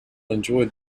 enjoyed